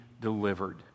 delivered